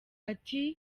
ati